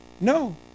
no